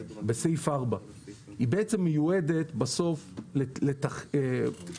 בסעיף 4. היא בעצם מיועדת בסוף לתחקר